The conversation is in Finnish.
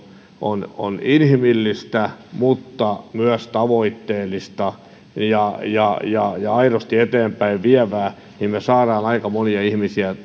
on on inhimillistä mutta myös tavoitteellista ja ja aidosti eteenpäinvievää me saamme aika monia ihmisiä